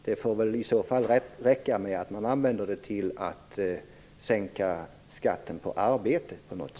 Det får väl i så fall räcka med att använda dem till någon sorts sänkning av skatten på arbete.